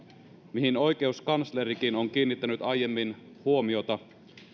mihin oikeuskanslerikin on kiinnittänyt aiemmin huomiota